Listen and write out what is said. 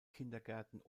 kindergärten